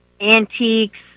antiques